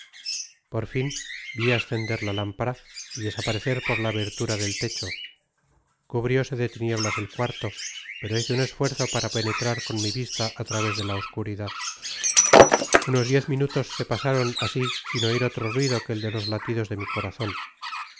por fin vi ascender la lámpara y desaparecer por la abertura del techo cubrióse de tinieblas el cuarto pero hice un esfuerzo para penetrar con mi vista á través de ta oscuridad unos diez minutos se pasaron asi sin oir otro ruido que el de los latidos de mi corazon